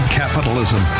capitalism